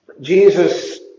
Jesus